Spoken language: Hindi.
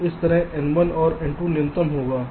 तो यह इस n1 और n2 का न्यूनतम होगा